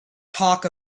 talk